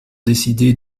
décider